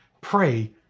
pray